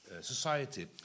society